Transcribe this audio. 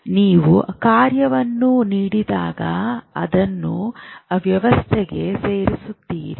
ನಿಮಗೆ ಕಾರ್ಯವನ್ನು ನೀಡಿದಾಗ ನೀವು ಅದನ್ನು ವ್ಯವಸ್ಥೆಗೆ ಸೇರಿಸುತ್ತೀರಿ